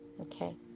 okay